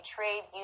Trade